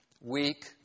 weak